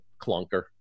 clunker